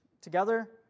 Together